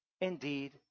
indeed